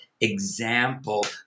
example